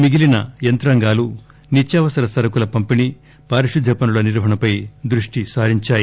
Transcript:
మిగిలిన యంత్రాంగాలు నిత్యావసర సరకుల పంపిణీ పారిశుద్ధ్య పనుల నిర్వహణపై దృష్టి సారించాయి